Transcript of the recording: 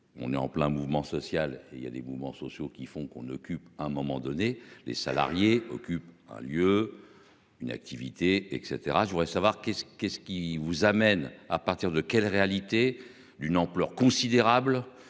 On est en plein mouvement social il y a des mouvements sociaux qui font qu'on occupe. À un moment donné, les salariés occupent un lieu. Une activité et caetera. Je voudrais savoir qu'est-ce qu'est-ce qui vous amène à partir de quelle réalité d'une ampleur considérable.